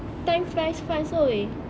time flies fast !oi!